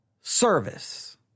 service